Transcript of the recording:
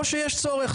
או שיש צורך.